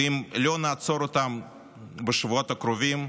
אם לא נעצור אותם בשבועות הקרובים,